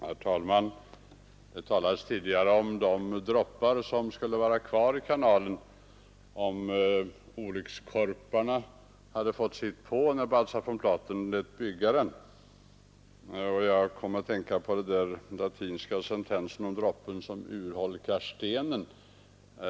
Herr talman! Här talades tidigare om de droppar som skulle varit kvar i kanalen, om olyckskorparna hade fått rätt när Baltzar von Platen lät bygga den. Jag kom att tänka på den latinska sentensen om droppen som urholkar stenen.